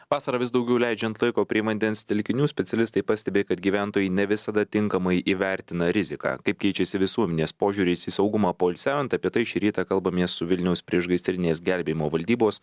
vasarą vis daugiau leidžiant laiko prie vandens telkinių specialistai pastebi kad gyventojai ne visada tinkamai įvertina riziką kaip keičiasi visuomenės požiūris į saugumą poilsiaujant apie tai šį rytą kalbamės su vilniaus priešgaisrinės gelbėjimo valdybos